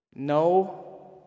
No